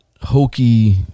hokey